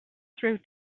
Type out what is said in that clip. through